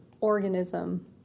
organism